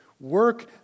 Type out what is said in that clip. Work